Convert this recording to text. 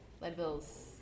Leadville's